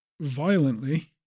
violently